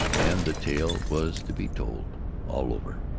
and the tale was to be told all over.